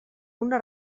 una